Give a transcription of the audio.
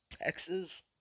Texas